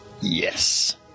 Yes